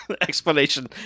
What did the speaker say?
explanation